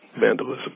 vandalism